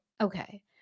Okay